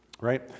right